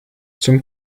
zum